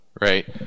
right